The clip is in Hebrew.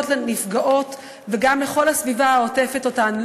לנפגעות וגם לכל הסביבה העוטפת אותן,